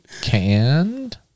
Canned